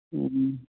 ᱦᱮᱸ